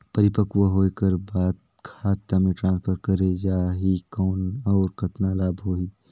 परिपक्व होय कर बाद खाता मे ट्रांसफर करे जा ही कौन और कतना लाभ होही?